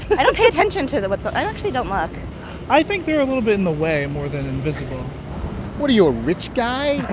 i don't pay attention to them. so i actually don't look i think they're a little bit in the way more than invisible what are you, a rich guy?